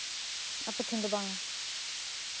ᱟᱯᱮ ᱴᱷᱮᱱ ᱫᱚ ᱵᱟᱝᱼᱟ